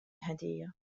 هدية